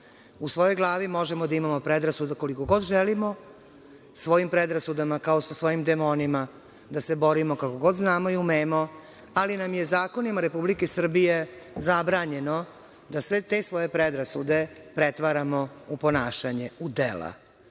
svojoj glavi možemo da imamo predrasuda koliko god želimo, svojim predrasudama, kao sa svojim demonima da se borimo kako god znamo i umemo, ali nam je zakonima Republike Srbije zabranjeno da sve te svoje predrasude pretvaramo u ponašanje, u dela. Zbog